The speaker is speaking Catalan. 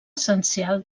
essencial